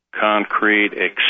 concrete